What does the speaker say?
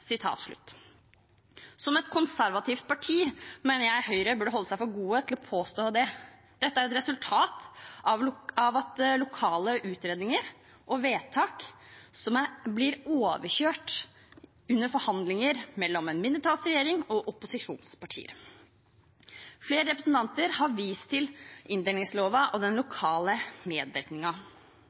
som et konservativt parti burde holde seg for god til å påstå det. Dette er et resultat av at lokale utredninger og vedtak blir overkjørt under forhandlinger mellom en mindretallsregjering og opposisjonspartier. Flere representanter har vist til inndelingsloven og den lokale